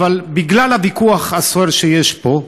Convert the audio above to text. אבל בגלל הוויכוח הסוער שיש פה,